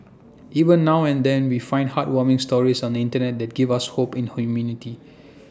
even now and then we find heartwarming stories on the Internet that give us hope in humanity